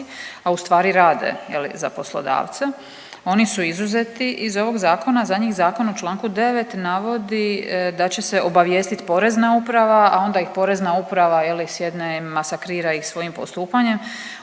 a u stvari rade za poslodavca. Oni su izuzeti iz ovog zakona. Za njih zakon o članku 9. navodi da će se obavijestiti Porezna uprava, a onda i Porezna uprava je li s jedne ih masakrira svojim postupanjem.